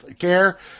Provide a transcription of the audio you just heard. care